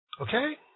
Okay